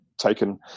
taken